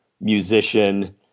musician